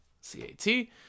C-A-T